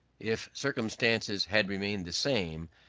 if circumstances had remained the same,